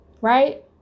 right